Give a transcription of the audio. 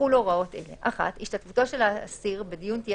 יחולו הוראות אלה: (1)השתתפותו של האסיר בדיון תהיה